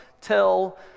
tell